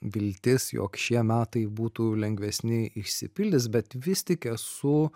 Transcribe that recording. viltis jog šie metai būtų lengvesni išsipildys bet vis tik esu